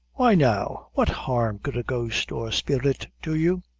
why, now? what harm could a ghost or spirit do you?